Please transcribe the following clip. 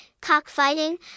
Cockfighting